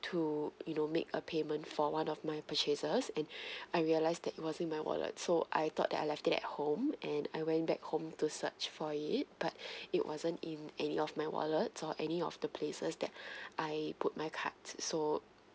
to you know make a payment for one of my purchases and I realize that it wasn't in my wallet so I thought that I left it at home and I went back home to search for it but it wasn't in any of my wallet or any of the places that I put my cards so